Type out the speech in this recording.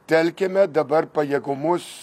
telkiame dabar pajėgumus